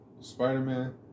Spider-Man